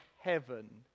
heaven